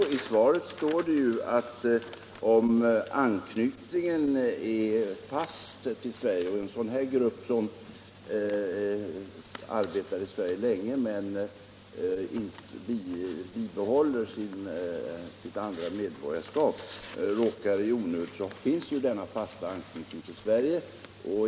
Fru talman! Jo, jag talade i mitt svar om personer med fast anknytning till Sverige. Om en person som arbetar i Sverige sedan länge men som behållit sitt utländska medborgarskap råkar i trångmål, finns denna fasta anknytning till Sverige.